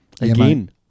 Again